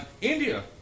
India